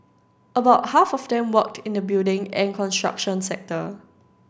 about half of them worked in the building and construction sector